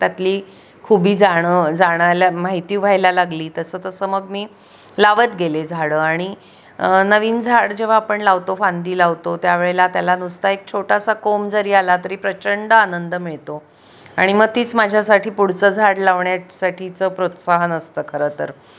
त्यातली खूबी जाणं जाणायला माहिती व्हायला लागली तसं तसं मग मी लावत गेले झाडं आणि नवीन झाड जेव्हा आपण लावतो फांदी लावतो त्या वेळेला त्याला नुसता एक छोटासा कोंब जरी आला तरी प्रचंड आनंद मिळतो आणि मग तीच माझ्यासाठी पुढचं झाड लावण्यासाठीचं प्रोत्साहन असतं खरं तर